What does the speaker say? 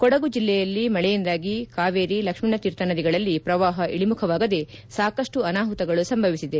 ಕೊಡಗು ಜಿಲ್ಲೆಯಲ್ಲಿ ಮಳೆಯಿಂದಾಗಿ ಕಾವೇರಿ ಲಕ್ಷ್ಮಣತೀರ್ಥನದಿಗಳಲ್ಲಿ ಪ್ರವಾಹ ಇಳಿಮುಖವಾಗದೇ ಸಾಕಷ್ಟು ಅನಾಹುತಗಳು ಸಂಭವಿಸಿದೆ